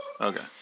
Okay